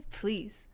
Please